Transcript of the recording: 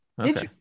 Okay